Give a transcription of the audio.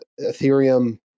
ethereum